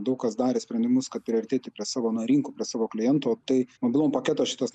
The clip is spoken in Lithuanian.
daug kas darė sprendimus kad priartėti prie savo na rinkų prie savo klientų o tai mobilumo paketas šitas